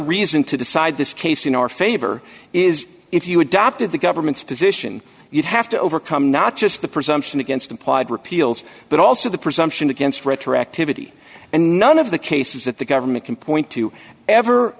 reason to decide this case in our favor is if you adopted the government's position you'd have to overcome not just the presumption against implied repeals but also the presumption against retroactivity and none of the cases that the government can point to ever